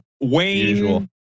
Wayne